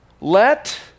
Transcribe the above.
let